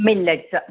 millets